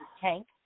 Tank